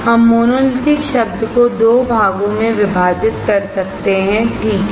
हम मोनोलिथिक शब्द को 2 भागों में विभाजित कर सकते हैं ठीक है